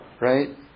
Right